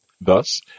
Thus